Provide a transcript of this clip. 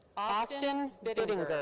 austin bittinger.